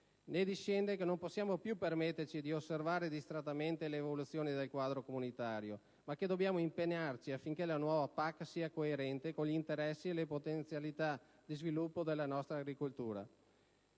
Ne discende che non possiamo più permetterci di osservare distrattamente le evoluzioni del quadro comunitario, ma che dobbiamo impegnarci affinché la nuova PAC sia coerente con gli interessi e le potenzialità di sviluppo della nostra agricoltura.